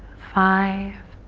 five,